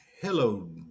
Hello